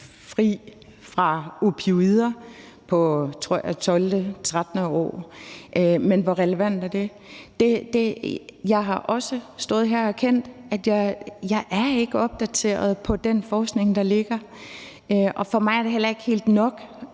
år, tror jeg det er. Men hvor relevant er det? Jeg har også stået her og erkendt, at jeg ikke er opdateret på den forskning, der ligger, og for mig er det heller ikke helt nok.